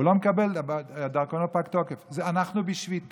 הוא לא מקבל כי הדרכון פג תוקף, אנחנו בשביתה.